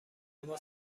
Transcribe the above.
هوا